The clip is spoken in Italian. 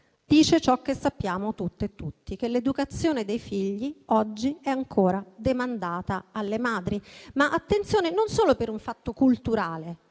dice ciò che sappiamo tutto e tutti, cioè che l'educazione dei figli oggi è ancora demandata alle madri. Attenzione, però, non solo per un fatto culturale: